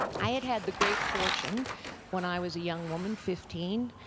i had had the great fortune when i was a young woman, fifteen,